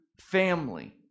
family